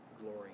glory